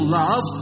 love